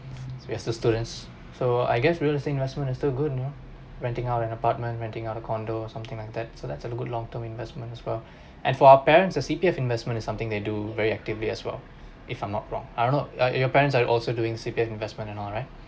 we are still students so I guess real estate investment is still good you know renting out an apartments renting out a condo or something like that so that's a good long term investment as well and for our parents the C_P_F investment is something they do very actively as well if I'm not wrong I don't know uh your parents are also doing C_P_F investment and all right